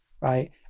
right